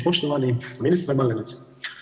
Poštovani ministre Malenica.